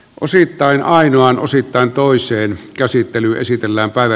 osittain ainoan osittain toiseen käsittelyyn esitellä päivä